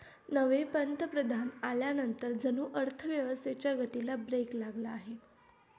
नवे पंतप्रधान आल्यानंतर जणू अर्थव्यवस्थेच्या गतीला ब्रेक लागला आहे